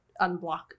unblock